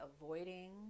avoiding